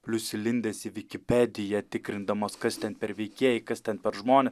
plius įlindęs į vikipediją tikrindamas kas ten per veikėjai kas ten per žmonė